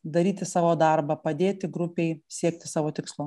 daryti savo darbą padėti grupei siekti savo tikslo